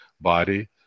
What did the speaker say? body